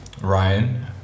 Ryan